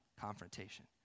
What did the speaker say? confrontation